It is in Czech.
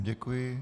Děkuji.